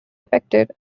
affected